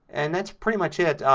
and that's pretty much it.